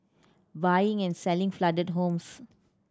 buying and selling flooded homes